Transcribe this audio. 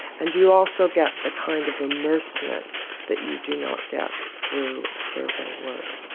and you also get the kind of immersment that you do not get through survey work.